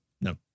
no